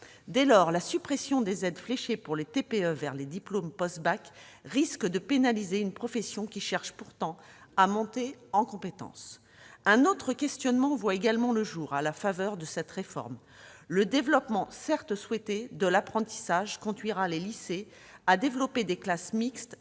Dès lors, la suppression des aides fléchées pour les TPE vers les diplômes post-bac risque de pénaliser une profession qui cherche pourtant à monter en compétence. Un autre questionnement voit également le jour à la faveur de cette réforme : le développement, certes souhaité, de l'apprentissage conduira les lycées à développer des classes mixtes